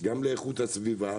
גם לאיכות הסביבה,